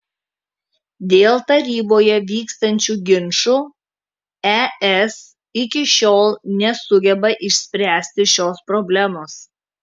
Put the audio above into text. dėl taryboje vykstančių ginčų es iki šiol nesugeba išspręsti šios problemos